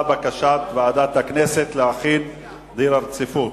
הוסרו כל ההתנגדויות והתקבלה בקשת ועדת הכנסת להחיל דין רציפות,